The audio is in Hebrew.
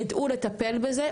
ידעו לטפל בזה,